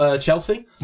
Chelsea